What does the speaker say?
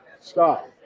Stop